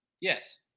Yes